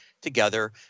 together